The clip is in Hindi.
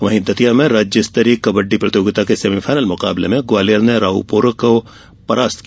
वहीं दतिया में राज्य स्तरीय कबड़डी प्रतियोगिता के सेमिफायनल मुकाबले में ग्वालियर ने राऊपुरा को पराजित किया